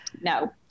No